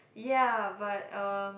ya but uh